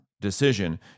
decision